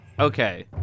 Okay